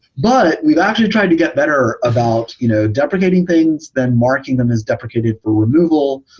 but we've actually tried to get better about you know deprecating things, then marking them as deprecated for removal,